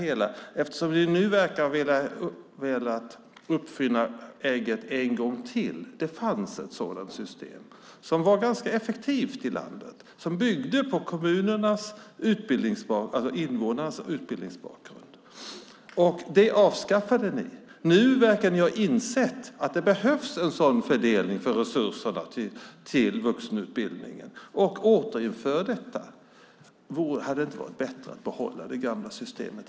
Det verkar som om ni har velat uppfinna ägget en gång till. Det fanns ett sådant system i landet som var ganska effektivt och som byggde på invånarnas utbildningsbakgrund. Det avskaffade ni. Nu verkar ni ha insett att det behövs en sådan fördelning av resurserna till vuxenutbildning och återinför detta. Hade det inte varit bättre att helt enkelt behålla det gamla systemet?